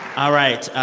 all right.